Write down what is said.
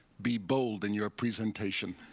be bold, in your presentation.